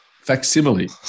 Facsimile